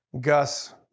Gus